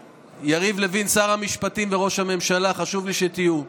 יריב לוין שר המשפטים וראש הממשלה, חשוב לי שתהיו.